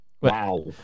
Wow